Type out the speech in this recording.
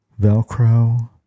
Velcro